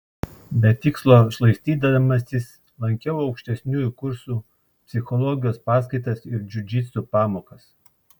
be tikslo šlaistydamasis lankiau aukštesniųjų kursų psichologijos paskaitas ir džiudžitsu pamokas